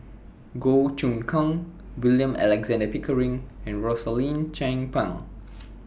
Goh Choon Kang William Alexander Pickering and Rosaline Chan Pang